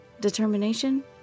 Determination